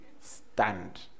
Stand